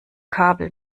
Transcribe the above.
kabel